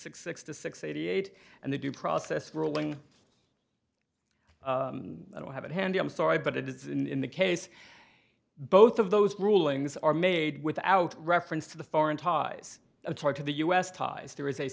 six six to six eighty eight and the due process ruling i don't have it handy i'm sorry but it is in the case both of those rulings are made without reference to the foreign ties a charge to the u s ties there is a